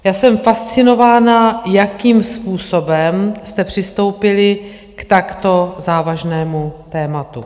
Já jsem fascinována, jakým způsobem jste přistoupili k takto závažnému tématu.